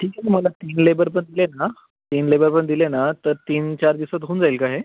ठीक आहे मला तीन लेबर पण दिले ना तीन लेबर पण दिले ना तर तीन चार दिवसांत होऊन जाईल का हे